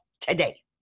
today